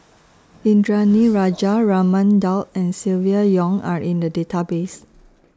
Indranee Rajah Raman Daud and Silvia Yong Are in The Database